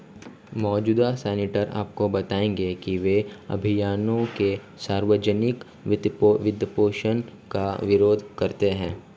मौजूदा सीनेटर आपको बताएंगे कि वे अभियानों के सार्वजनिक वित्तपोषण का विरोध करते हैं